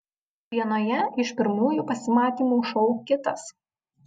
vienoje iš pirmųjų pasimatymų šou kitas